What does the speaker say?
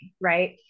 Right